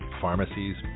pharmacies